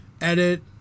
edit